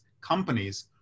companies